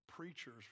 Preachers